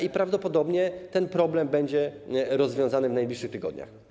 I prawdopodobnie ten problem będzie rozwiązany w najbliższych tygodniach.